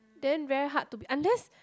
then very hard to be unless